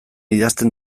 idazten